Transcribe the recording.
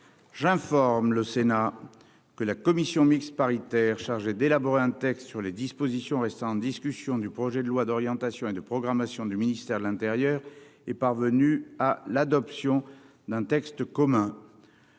j'informe le Sénat que la commission mixte paritaire chargée d'élaborer un texte sur les dispositions restant en discussion du projet de loi d'orientation et de programmation du ministère de l'Intérieur est parvenu à l'adoption d'un texte commun.